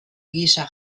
gisa